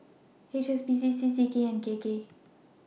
H S B C C C K and K K